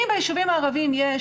אם ביישובים הערביים יש